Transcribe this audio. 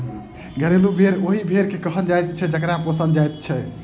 घरेलू भेंड़ ओहि भेंड़ के कहल जाइत छै जकरा पोसल जाइत छै